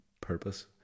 purpose